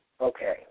Okay